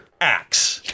Axe